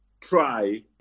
try